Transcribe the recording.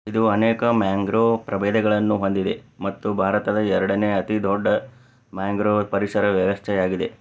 ಇದು ಅನೇಕ ಮ್ಯಾಂಗ್ರೋವ್ ಪ್ರಭೇದಗಳನ್ನು ಹೊಂದಿದೆ ಮತ್ತು ಭಾರತದ ಎರಡನೇ ಅತಿದೊಡ್ಡ ಮ್ಯಾಂಗ್ರೋವ್ ಪರಿಸರ ವ್ಯವಸ್ಥೆಯಾಗಿದೆ